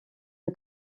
the